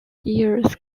years